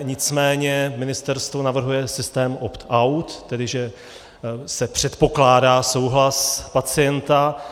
Nicméně ministerstvo navrhuje systém optout, tedy že se předpokládá souhlas pacienta.